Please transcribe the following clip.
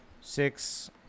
six